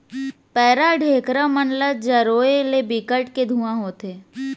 पैरा, ढेखरा मन ल जरोए ले बिकट के धुंआ होथे